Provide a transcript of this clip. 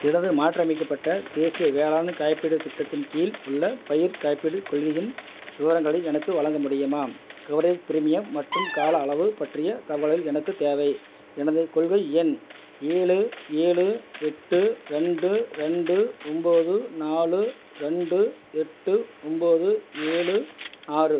எனது மாற்றியமைக்கப்பட்ட தேசிய வேளாண் காப்பீடுத் திட்டத்தின் கீழ் உள்ள பயிர்க் காப்பீடுக் கொள்கையின் விவரங்களை எனக்கு வழங்க முடியுமா கவரேஜ் ப்ரீமியம் மற்றும் கால அளவு பற்றிய தகவலை எனக்குத் தேவை எனது கொள்கை எண் ஏழு ஏழு எட்டு ரெண்டு ரெண்டு ஒம்பது நாலு ரெண்டு எட்டு ஒம்பது ஏழு ஆறு